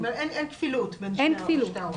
כלומר אין כפילות בין שתי ההוראות.